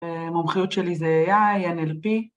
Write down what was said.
ה‫מומחיות שלי זה AI,‏ NLP.